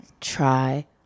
Try